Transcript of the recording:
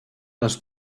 les